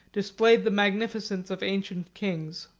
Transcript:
displayed the magnificence of ancient kings.